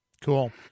Cool